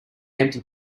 empty